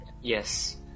Yes